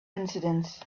incidents